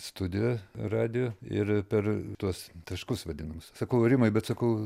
studiją radijo ir per tuos taškus vadinamus sakau rimai bet sakau